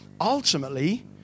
ultimately